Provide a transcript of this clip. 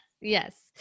yes